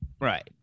Right